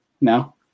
no